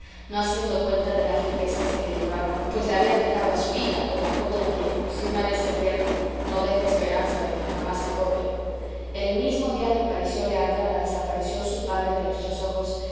no haciendo cuenta de las riquezas que le llevaban pues le habían dejado a su hija con la joya que si una vez se pierde no deja esperanza de que jamás se cobre el mismo día que pareció leandra la despareció su padre de nuestros ojos